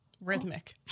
Rhythmic